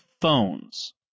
phones